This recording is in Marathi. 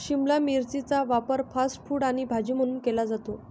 शिमला मिरचीचा वापर फास्ट फूड आणि भाजी म्हणून केला जातो